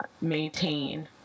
maintain